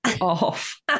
off